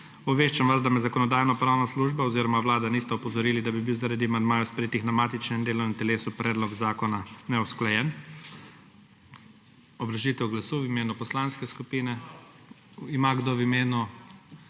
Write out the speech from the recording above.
Obveščam vas, da me Zakonodajno-pravna služba oziroma Vlada nista opozorili, da bi bil zaradi amandmajev, sprejetih na matičnem delovnem telesu, predlog zakona neusklajen. Obrazložitev glasu v imenu poslanske skupine? Ja, kdo? Se